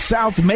South